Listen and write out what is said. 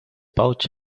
pouch